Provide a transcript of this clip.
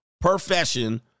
profession